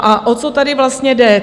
O co tady vlastně jde?